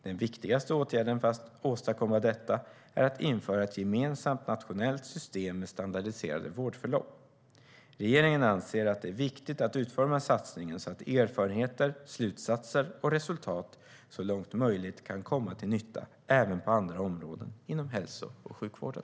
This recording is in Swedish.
Den viktigaste åtgärden för att åstadkomma detta är att införa ett gemensamt nationellt system med standardiserade vårdförlopp. Regeringen anser att det är viktigt att utforma satsningen så att erfarenheter, slutsatser och resultat så långt möjligt kan komma till nytta även på andra områden inom hälso och sjukvården.